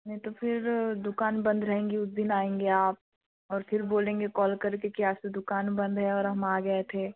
नहीं तो फिर दुकान बंद रहेगी उस दिन आएंगे आप और फिर बोलेंगे कॉल करके कि आज तो दुकान बंद है और हम आ गए थे